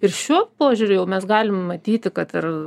ir šiuo požiūriu jau mes galim matyti kad ir